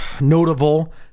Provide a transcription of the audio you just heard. notable